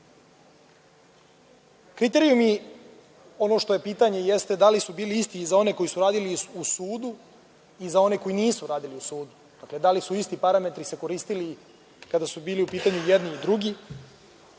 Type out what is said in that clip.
cenili. Kriterijumi, ono što je pitanje – da li su bili isti za one koji su radili u sudu i za one koji nisu radili u sudu? Da li su se isti parametri koristili kada su bili u pitanju jedni i drugi?